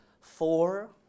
four